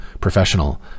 professional